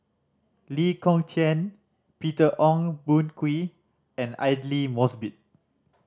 Lee Kong Chian Peter Ong Boon Kwee and Aidli Mosbit